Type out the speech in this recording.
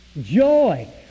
Joy